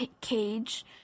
cage